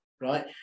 right